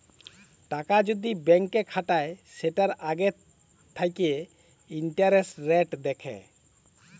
টাকা যদি ব্যাংকে খাটায় সেটার আগে থাকে ইন্টারেস্ট রেট দেখে